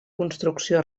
construcció